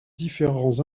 différents